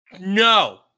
No